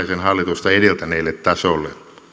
hallitusta edeltäneelle tasolle